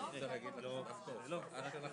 חדיש וייחודי